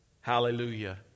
Hallelujah